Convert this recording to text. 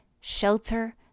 shelter